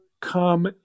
come